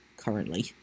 Currently